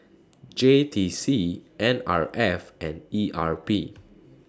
J T C N R F and E R P